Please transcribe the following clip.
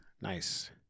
Nice